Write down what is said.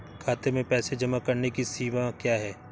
खाते में पैसे जमा करने की सीमा क्या है?